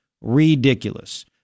ridiculous